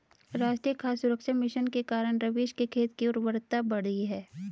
राष्ट्रीय खाद्य सुरक्षा मिशन के कारण रवीश के खेत की उर्वरता बढ़ी है